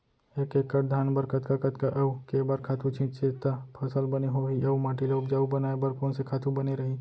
एक एक्कड़ धान बर कतका कतका अऊ के बार खातू छिंचे त फसल बने होही अऊ माटी ल उपजाऊ बनाए बर कोन से खातू बने रही?